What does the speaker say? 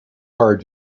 hard